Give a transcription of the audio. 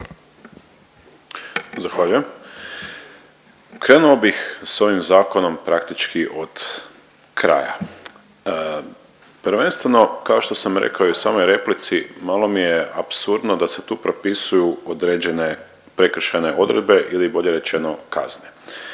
Zahvaljujem. Krenuo bih s ovim zakonom praktički od kraja. Prvenstveno kao što sam rekao i u samoj replici malo mi je apsurdno da se tu propisuju određene prekršajne odredbe ili bolje rečeno kazne.